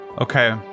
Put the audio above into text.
Okay